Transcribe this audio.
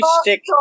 stick